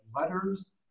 letters